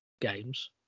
games